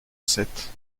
sept